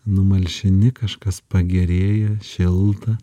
numalšini kažkas pagerėja šilta